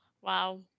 wow